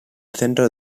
centro